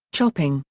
chopping,